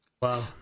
Wow